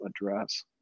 address